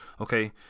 okay